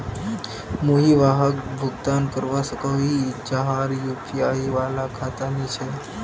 मुई वहाक भुगतान करवा सकोहो ही जहार यु.पी.आई वाला खाता नी छे?